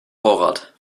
vorrat